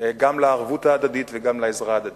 גם לערבות ההדדית וגם לעזרה ההדדית,